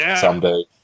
someday